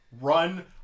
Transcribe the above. run